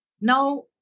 Now